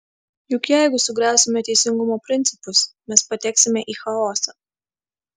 juk jeigu sugriausime teisingumo principus mes pateksime į chaosą